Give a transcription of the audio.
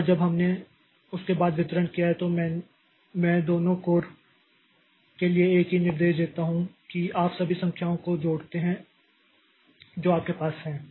एक बार जब हमने उसके बाद वितरण किया है तो मैं दोनों कोर के लिए एक ही निर्देश देता हूं कि आप सभी संख्याओं को जोड़ते हैं जो आपके पास हैं